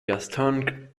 gaston